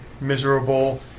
miserable